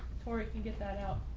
cory can get that out.